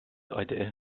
idea